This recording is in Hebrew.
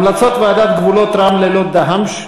המלצות ועדת גבולות רמלה לוד דהמש,